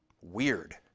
weird